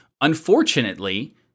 Unfortunately